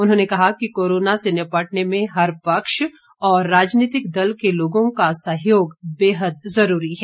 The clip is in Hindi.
उन्होंने कहा कि कोरोना से निपटने में हर पक्ष और राजनीतिक दल के लोगों का सहयोग बेहद ज़रूरी है